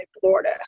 florida